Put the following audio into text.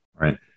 Right